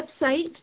website